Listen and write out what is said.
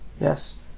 Yes